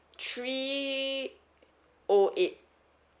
three O eight